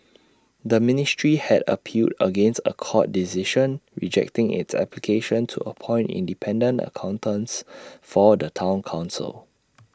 the ministry had appealed against A court decision rejecting its application to appoint independent accountants for the Town Council